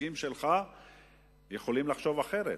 הנציגים שלך יכולים לחשוב אחרת,